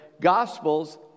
Gospels